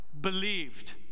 Believed